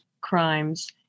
crimes